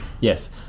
Yes